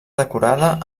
decorada